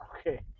Okay